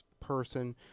person